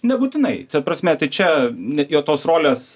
nebūtinai ta prasme tai čia net jo tos rolės